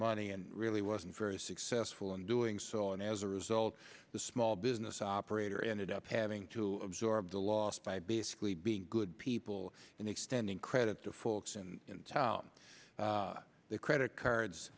money and really wasn't very successful in doing so and as a result the small business operator ended up having to absorb the loss by basically being good people and extending credit to folks and out their credit cards